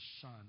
Son